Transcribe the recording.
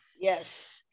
yes